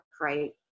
right